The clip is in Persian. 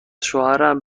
شوهرم